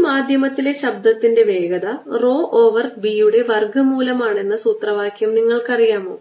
ഒരു മാധ്യമത്തിലെ ശബ്ദത്തിന്റെ വേഗത rho ഓവർ B യുടെ വർഗ്ഗമൂലമാണ് എന്ന സൂത്രവാക്യം നിങ്ങൾക്കറിയാമോ